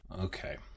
Okay